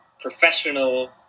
professional